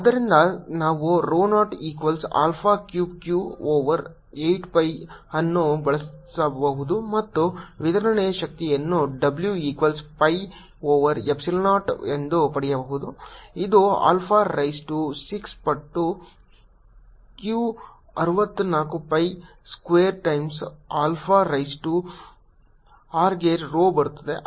ಆದ್ದರಿಂದ ನಾವು rho 0 equals alpha cubed Q over 8 pi ಅನ್ನು ಬದಲಿಸಬಹುದು ಮತ್ತು ವಿತರಣೆಯ ಶಕ್ತಿಯನ್ನು w equals pi over epsilon 0 ಎಂದು ಪಡೆಯಬಹುದು ಇದು ಆಲ್ಫಾ ರೈಸ್ ಟು 6 ಪಟ್ಟು Q over 64 pi square times alpha raise to r ಗೆ rho ಬರುತ್ತದೆ